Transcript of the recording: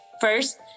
first